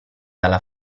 dalla